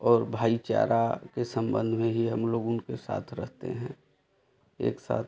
और भाईचारा के संबंध में ही हम लोग उनके साथ रहते हैं एक साथ